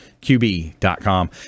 QB.com